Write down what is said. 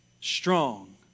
strong